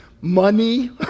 money